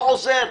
לא עוזר,